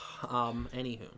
Anywho